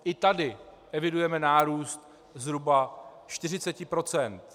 I tady evidujeme nárůst zhruba 40 %.